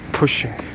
pushing